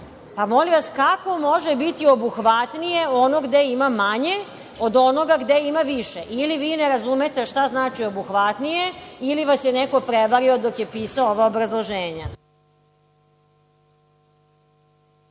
Molim vas, kako može biti obuhvatnije ono gde ima manje od onoga gde ima više? Ili vi ne razumete šta znači obuhvatnije ili vas je neko prevario dok je pisao ova obrazloženja?